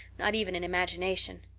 not even in imagination.